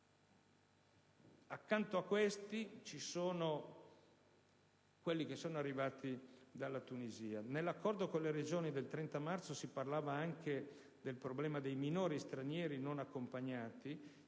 Accanto a questi ci sono coloro che sono arrivati dalla Tunisia. Nell'accordo con le Regioni del 30 marzo si parlava anche del problema dei minori stranieri non accompagnati.